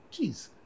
Jeez